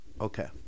okay